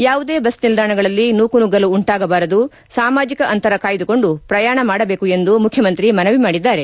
ಯಾವುದೇ ಬಸ್ ನಿಲ್ದಾಣಗಳಲ್ಲಿ ನೂಕು ನುಗ್ಗಲು ಉಂಟಾಗಬಾರದು ಸಾಮಾಜಿಕ ಅಂತರ ಕಾಯ್ದುಕೊಂಡು ಪ್ರಯಾಣ ಮಾಡಬೇಕು ಎಂದು ಮುಖ್ಯಮಂತ್ರಿ ಮನವಿ ಮಾಡಿದ್ದಾರೆ